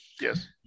Yes